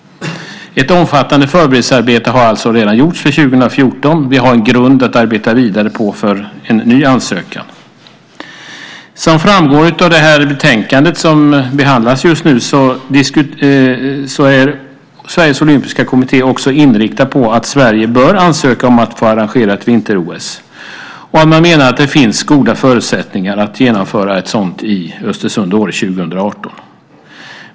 Ett omfattande förberedelsearbete har alltså redan gjorts för 2014. Vi har en grund att arbeta vidare på för en ny ansökan. Som framgår av betänkandet som behandlas just nu är Sveriges Olympiska Kommitté också inriktat på att Sverige bör ansöka om att få arrangera ett vinter-OS. Man menar att det finns goda förutsättningar att genomföra ett sådant i Östersund och Åre år 2018.